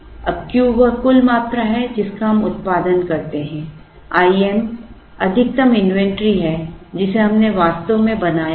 अब Q वह कुल मात्रा है जिसका हम उत्पादन करते हैं I m अधिकतम इन्वेंट्री है जिसे हमने वास्तव में बनाया है